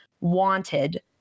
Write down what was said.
wanted